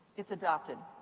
it's adopted.